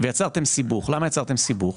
ויצרתם סיבוך, למה יצרתם סיבוך?